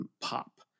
pop